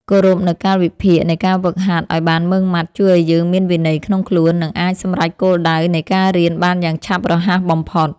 គោរពនូវកាលវិភាគនៃការហ្វឹកហាត់ឱ្យបានម៉ឺងម៉ាត់ជួយឱ្យយើងមានវិន័យក្នុងខ្លួន និងអាចសម្រេចគោលដៅនៃការរៀនបានយ៉ាងឆាប់រហ័សបំផុត។